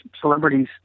celebrities